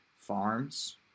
farms